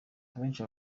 abenshi